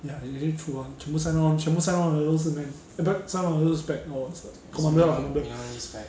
ya actually true ah 全部 sign on 全部 sign on 的都是 men eh pec~ sign on 的都是 spec lor commander commander